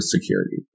security